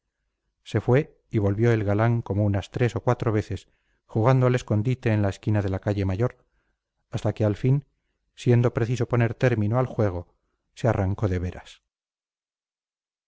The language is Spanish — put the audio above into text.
se fue y volvió el galán como unas tres o cuatro veces jugando al escondite en la esquina de la calle mayor hasta que al fin siendo preciso poner término al juego se arrancó de veras